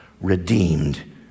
redeemed